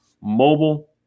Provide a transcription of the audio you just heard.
Mobile